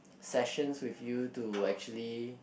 sessions with you to actually